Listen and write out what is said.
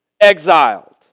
exiled